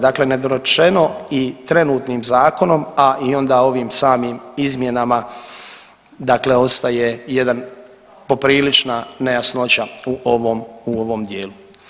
Dakle, nedorečeno i trenutnim zakonom, a i onda ovim samim izmjenama, dakle ostaje jedan poprilična nejasnoća u ovom dijelu.